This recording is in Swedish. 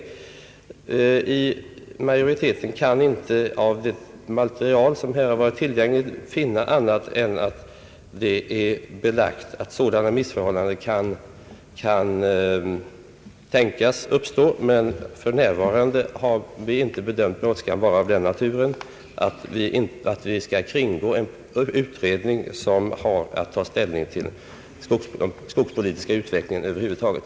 Majoriteten finner det genom tillgängligt material belagt att missförhållanden kan tänkas uppstå, men för närvarande har vi inte bedömt brådskan vara av den naturen att vi skall kringgå en utredning som har att ta ställning till den skogspolitiska utvecklingen över huvud taget.